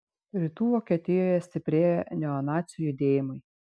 rytų vokietijoje stiprėja neonacių judėjimai